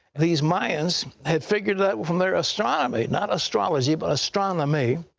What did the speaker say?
these mayans had figured it out from their astronomy, not astrology, but astronomy.